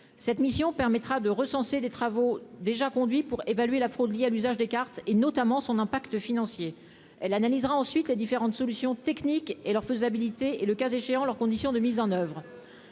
cette mission permettra de recenser des travaux déjà conduits pour évaluer la fraude liée à l'usage des cartes et notamment son impact financier elle analysera ensuite les différentes solutions techniques et leur faisabilité et, le cas échéant, leur condition de mise en oeuvre